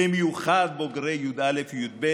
במיוחד בוגרי י"א וי"ב: